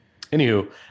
anywho